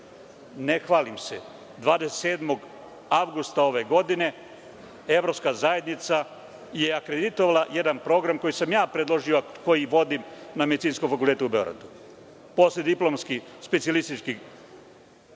hvalim se, ali 27. avgusta ove godine Evropska zajednica je akreditovala jedan program koji sam ja predložio, a koji vodim na Medicinskom fakultetu u Beogradu, postdiplomski specijalistički